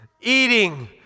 eating